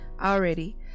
already